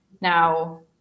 now